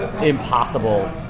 impossible